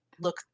look